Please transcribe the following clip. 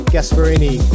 Gasparini